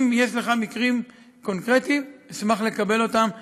אם יש לך מקרים קונקרטיים, אשמח לקבל אותם ולבדוק.